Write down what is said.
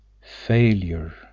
Failure